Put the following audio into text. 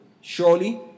surely